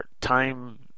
time